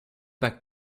pas